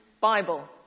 Bible